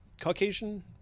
Caucasian